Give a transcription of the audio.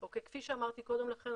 כפי שאמרתי קודם לכן,